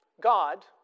God